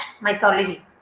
mythology